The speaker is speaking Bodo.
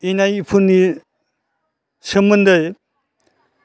इनायफोरनि सोमोन्दै